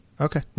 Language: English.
Okay